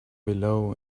below